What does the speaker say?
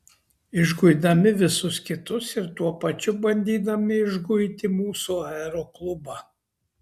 išguidami visus kitus ir tuo pačiu bandydami išguiti mūsų aeroklubą